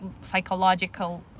psychological